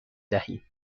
دهیم